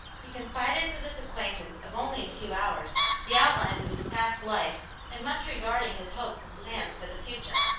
he confided to this acquaintance of only a few hours the outlines of his past life and much regarding his hopes and plans for the future.